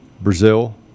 Brazil